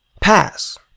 Pass